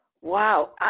Wow